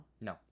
No